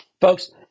Folks